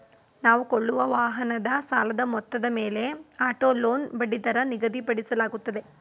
ನಾವು ಕೊಳ್ಳುವ ವಾಹನದ ಸಾಲದ ಮೊತ್ತದ ಮೇಲೆ ಆಟೋ ಲೋನ್ ಬಡ್ಡಿದರ ನಿಗದಿಪಡಿಸಲಾಗುತ್ತದೆ